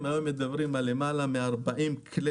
היום אנחנו מדברים על למעלה מ-40 כלי